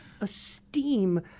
esteem